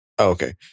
Okay